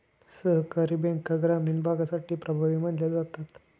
सहकारी बँका ग्रामीण भागासाठी प्रभावी मानल्या जातात